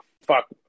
fuck